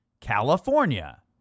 California